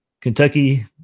Kentucky